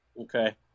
Okay